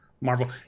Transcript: Marvel